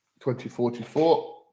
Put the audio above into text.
2044